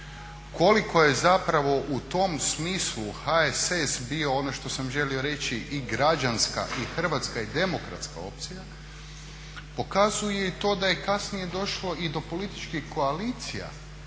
Koliko je zapravo u tom smislu HSS bio ono što sam želio reći i građanska i hrvatska i demokratska opcija pokazuje i to da je kasnije došlo i do političkih koalicija